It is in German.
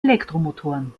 elektromotoren